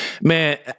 man